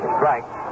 Strike